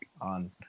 on